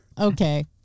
okay